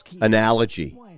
analogy